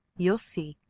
you'll see!